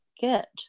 get